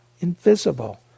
invisible